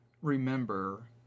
remember